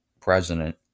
president